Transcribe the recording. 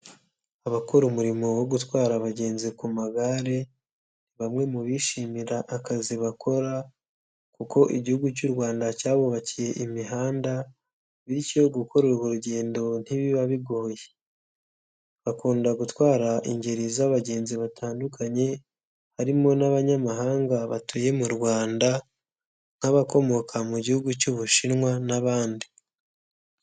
Abakora umurimo wo gutwara abagenzi ku magare bamwe mu bishimira akazi bakora kuko Igihugu cy'u Rwanda cyabubakiye imihanda bityo gukora urwo rugendo ntibiba bigoye. Bakunda gutwara ingeri z'abagenzi batandukanye harimo n'abanyamahanga batuye mu Rwanda nk'abakomoka mu gihugu cy'Ubushinwa n'abandi.